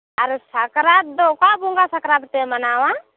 ᱟᱨ ᱥᱟᱠᱨᱟᱛ ᱫᱚ ᱚᱠᱟ ᱵᱚᱸᱜᱟ ᱥᱟᱠᱨᱟᱛ ᱯᱮ ᱢᱟᱱᱟᱣᱟ